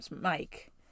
Mike